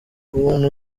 abantu